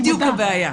זאת בדיוק הבעיה,